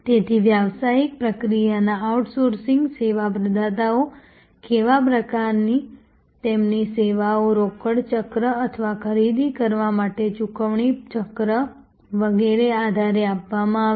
તેથી વ્યવસાયિક પ્રક્રિયાના આઉટસોર્સિંગ સેવા પ્રદાતાઓ કેવા પ્રકારની તેમની સેવાઓ રોકડ ચક્ર અથવા ખરીદી કરવા માટે ચૂકવણી ચક્ર વગેરેના આધારે માપવામાં આવશે